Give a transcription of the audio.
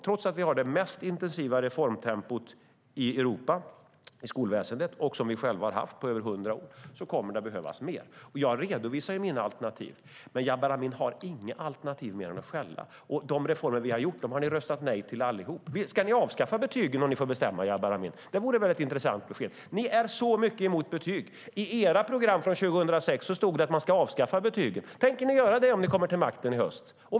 Trots att vi har det mest intensiva reformtempot i Europa i skolväsendet och som Sverige haft på över hundra år kommer det att behövas mer. Jag redovisar mina alternativ, men Jabar Amin har inget alternativ utöver att skälla. De reformer vi har gjort har ni röstat nej till allihop. Ska ni avskaffa betygen om ni får bestämma, Jabar Amin? Det vore ett intressant besked. Ni är så mycket emot betyg. I ert program från 2006 stod det att betygen skulle avskaffas. Tänker ni göra det om ni kommer ni till makten i höst?